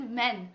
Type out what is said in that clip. men